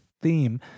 theme